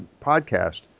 podcast